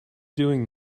doing